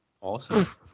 Awesome